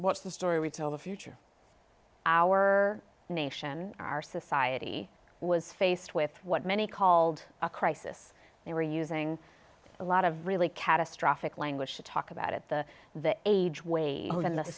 what's the story we tell the future our nation our society was faced with what many called a crisis they were using a lot of really catastrophic language to talk about it the the age way in the